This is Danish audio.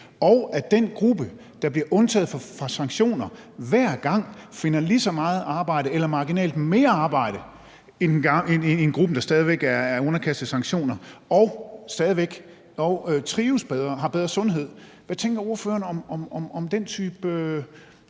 og hvor den gruppe, der bliver undtaget for sanktioner, hver gang finder lige så meget arbejde eller marginalt mere arbejde end gruppen, der stadig væk er underkastet sanktioner, og trives bedre og har bedre sundhed? Hvad tænker ordføreren om den type